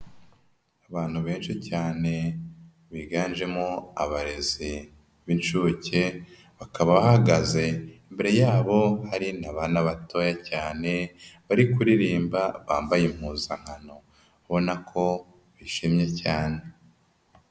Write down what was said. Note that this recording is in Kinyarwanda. Abantu benshi cyane, biganjemo abarezi b'incuke, bakaba bahagaze, imbere yabo hari n'abana batoya cyane, bari kuririmba, bambaye impuzankano. Ubona ko bishimye cyane.